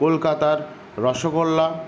কলকাতার রসগোল্লা